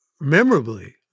memorably